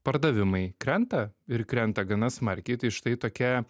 pardavimai krenta ir krenta gana smarkiai tai štai tokia